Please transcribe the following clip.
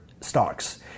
stocks